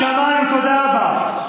שמענו, תודה רבה.